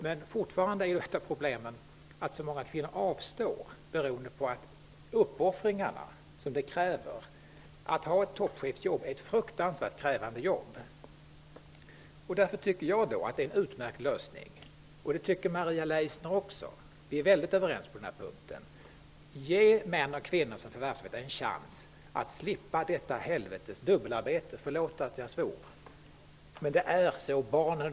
Men fortfarande är ett av problemen att många kvinnor avstår. Det beror på de uppoffringar som krävs. Att ha en chefspost på toppnivå är ett fruktansvärt krävande jobb. Jag tycker att det är en utmärkt lösning -- det tycker Maria Leissner också, vi är väldigt överens på den punkten -- att ge förvärsarbetande män och kvinnor en chans att slippa detta helvetes dubbelarbete. Förlåt att jag svor. Men det är så.